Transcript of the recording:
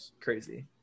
crazy